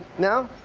no?